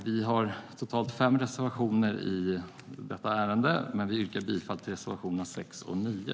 Vi har fem reservationer i betänkandet, men vi yrkar bifall till reservationerna 6 och 9.